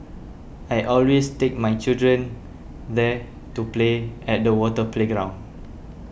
I always take my children there to play at the water playground